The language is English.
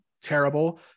terrible